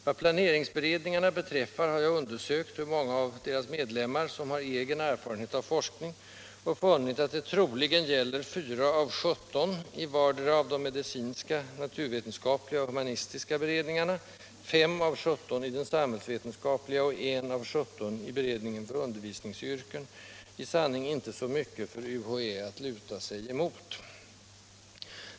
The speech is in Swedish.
Vad planeringsberedningarna beträffar har jag undersökt ringen hur många av deras medlemmar som har egen erfarenhet av forskning och funnit att det troligen gäller 4 av 17 i vardera av de medicinska, visningsyrken — i sanning inte så mycket för UHÄ att luta sig emot.